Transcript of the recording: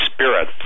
Spirit